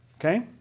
Okay